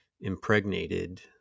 impregnated